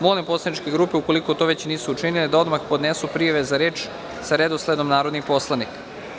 Molim poslaničke grupe, ukoliko to već nisu učinile da odmah podnesu prijave za reč sa redosledom narodnih poslanika.